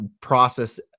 process